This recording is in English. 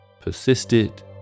persisted